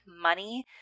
money